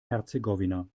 herzegowina